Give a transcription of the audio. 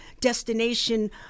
destination